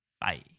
Bye